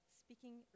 speaking